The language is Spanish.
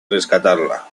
rescatarla